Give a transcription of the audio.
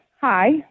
Hi